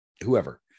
whoever